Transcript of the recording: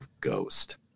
Ghost